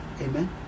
amen